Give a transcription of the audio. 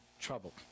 trouble